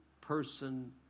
person